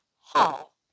Hall